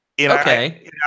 Okay